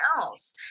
else